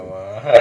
hmm mm